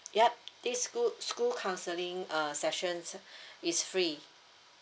yup this school school counselling uh sessions is free